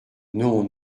non